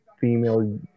female